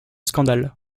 scandales